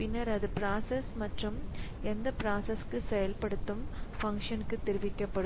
பின்னர் அது பிராசஸ் மற்றும் பிராசஸ் செயல்படுத்தும் ஃபங்ஷனுக்கு தெரிவிக்கப்படும்